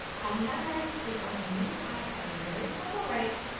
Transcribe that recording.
i am now ready to take on some new clients, at a very affordable rate,